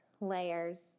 layers